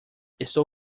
estou